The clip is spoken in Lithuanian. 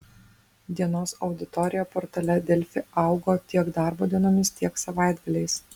dienos auditorija portale delfi augo tiek darbo dienomis tiek savaitgaliais